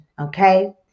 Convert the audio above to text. okay